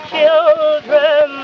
children